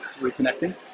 reconnecting